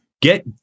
Get